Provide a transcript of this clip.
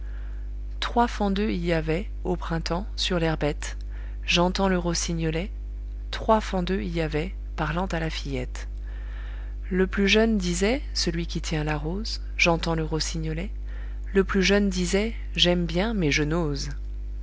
trois fendeux y avait au printemps sur l'herbette j'entends le rossignolet trois fendeux y avait parlant à la fillette le plus jeune disait celui qui tient la rose j'entends le rossignolet le plus jeune disait j'aime bien mais je n'ose